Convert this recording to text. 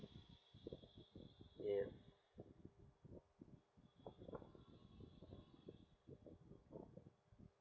yes